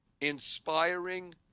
inspiring